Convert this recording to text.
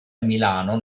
milano